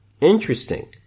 Interesting